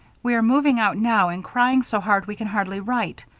we are moving out now and crying so hard we can hardly write.